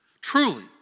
Truly